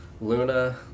Luna